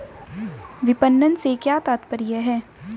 विपणन से क्या तात्पर्य है?